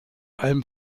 allem